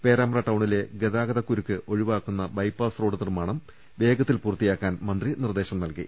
പേരാമ്പ്ര ടൌണിലെ ഗതാഗത കുരുക്ക് ഒഴിവാക്കുന്ന ബൈപ്പാസ് റോഡ് നിർമ്മാണം വേഗത്തിൽ പൂർത്തിയാക്കാൻ മന്ത്രി നിർദേശം നൽകി